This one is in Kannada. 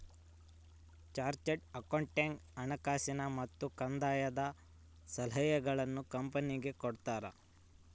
ಚಾರ್ಟೆಡ್ ಅಕೌಂಟೆಂಟ್ ಹಣಕಾಸಿನ ಮತ್ತು ಕಂದಾಯದ ಸಲಹೆಗಳನ್ನು ಕಂಪನಿಗೆ ಕೊಡ್ತಾರ